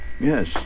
Yes